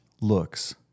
looks